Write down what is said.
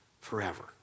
forever